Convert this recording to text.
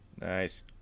Nice